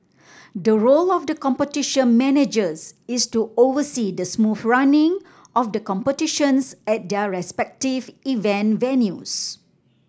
the role of the Competition Managers is to oversee the smooth running of the competitions at their respective event venues